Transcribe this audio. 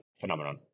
phenomenon